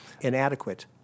inadequate